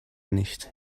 nicht